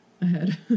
ahead